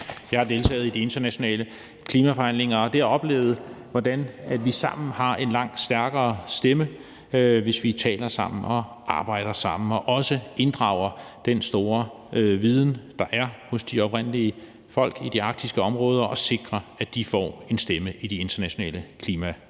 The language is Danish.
Jeg har deltaget i de internationale klimaforhandlinger og der oplevet, hvordan vi sammen har en langt stærkere stemme, hvis vi taler sammen og arbejder sammen og også inddrager den store viden, der er hos de oprindelige folk i de arktiske områder, og sikrer, at de får en stemme i de internationale klimaforhandlinger.